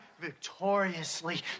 victoriously